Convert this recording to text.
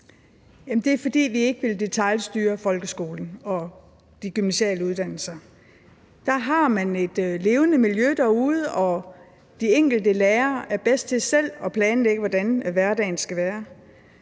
Det er, fordi vi ikke vil detailstyre folkeskolen og de gymnasiale uddannelser. Man har et levende miljø derude, og de enkelte lærere er bedst til selv at planlægge, hvordan hverdagen skal være.